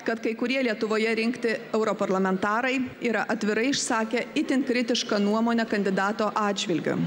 kad kai kurie lietuvoje rinkti europarlamentarai yra atvirai išsakę itin kritišką nuomonę kandidato atžvilgiu